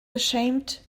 ashamed